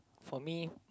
for me